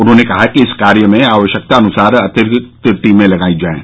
उन्होंने कहा कि इस कार्य में आवश्यकतानुसार अतिरिक्त टीमें लगाई जाये